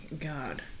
God